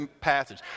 passage